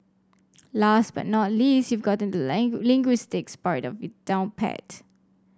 last but not least you've gotten the linguistics part of it down pat